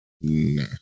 nah